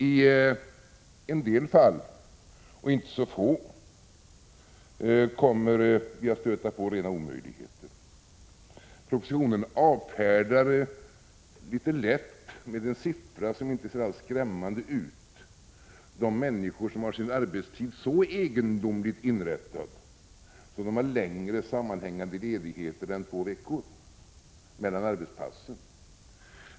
I en del fall, och inte så få, kommer vi att stöta på rena omöjligheter. Propositionen avfärdar litet lätt med en siffra som inte ser så skrämmande ut de människor som har sin arbetstid så egendomligt inrättad att de har längre sammanhängande ledigheter än två veckor mellan arbetspassen.